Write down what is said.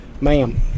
Ma'am